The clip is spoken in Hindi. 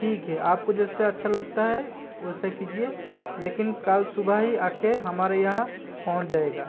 ठीक है आपको जैसे अच्छा लगता है वैसा कीजिए लेकिन कल सुबह ही आके हमारे यहाँ पहुँच जाइयेगा